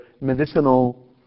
medicinal